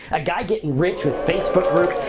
a guy getting rich with facebook groups.